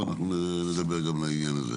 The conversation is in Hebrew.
ואנחנו נדבר גם על העניין הזה.